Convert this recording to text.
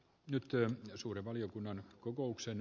nytkö suuren valiokunnan kokouksen